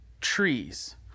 trees